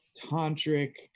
tantric